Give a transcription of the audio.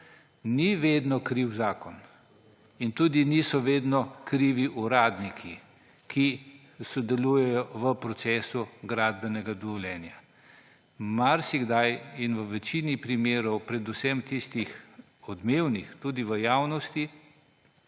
Ni vedno kriv zakon in tudi niso vedno krivi uradniki, ki sodelujejo v procesu gradbenega dovoljenja. Marsikdaj in v večini primerov, predvsem tistih odmevnih, tudi v javnosti,